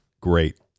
Great